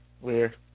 Weird